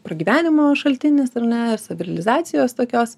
pragyvenimo šaltinis ar ne savirealizacijos tokios